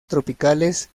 tropicales